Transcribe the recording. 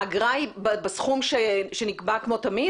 האגרה היא בסכום שנקבע כמו תמיד?